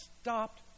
stopped